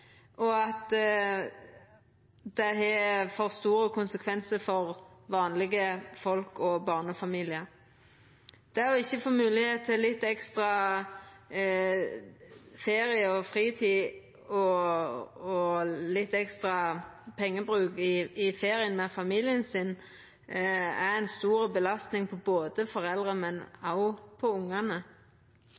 og at det har fått store konsekvensar for vanlege folk og barnefamiliar. Å ikkje få moglegheit til litt ekstra ferie og fritid og litt ekstra pengebruk i ferien med familien sin, er ei stor belastning for både foreldre